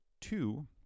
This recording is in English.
two